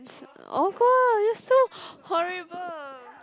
oh God you're so horrible